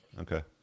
Okay